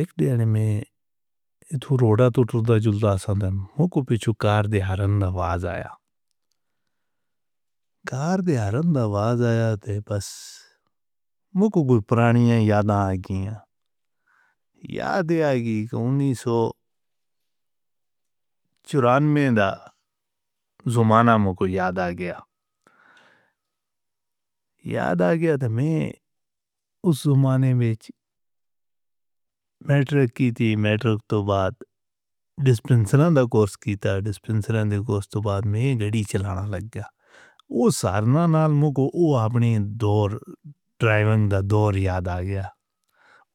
اک ڈے آنے میں تُو روڑا تُو تُوں دا سدن منہ کو پیچو کار دے ہرن آواز آیا، کار دے ہرن آواز آیا دے بس منہ کو گُل پرانیاں یاد آ گئیاں۔ یاد ہے آئیگی انیسو۔ چُران میں دے زمانے میں کو یاد آ گیا، یاد آ گیا تھا میں اُس زمانے بیچی میٹرو کی تھی۔ میٹرو تو بعد ڈسپنس دی کورس کی تھی، ڈسپنس دی کورس تو بعد میں گھڑی چلانے لگ گیا۔ او سارنا نال مو کو، او اپنے ڈور ڈرائیونگ دی ڈور یاد آ گیا۔